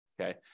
Okay